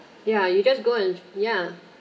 ya you just go and ya